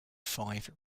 five